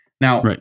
now